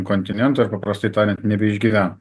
kontinento ir paprastai tariant nebeišgyvena